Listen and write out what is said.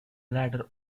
ladder